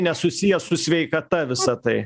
nesusiję su sveikata visa tai